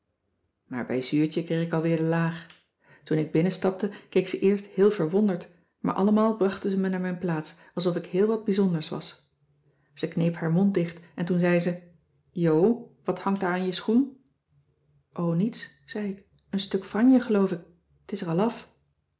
maar bij zuurtje kreeg ik al weer de laag toen ik binnenstapte keek ze eerst heel verwonderd maar allemaal brachten ze me naar mijn plaats alsof ik heel wat bijzonders was ze kneep haar mond dicht en toen zei ze jo wat hangt daar aan je schoen o niets zei ik een stuk franje geloof ik t is er al af